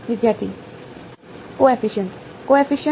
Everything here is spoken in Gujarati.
વિદ્યાર્થી કોએફીશીયન્ટ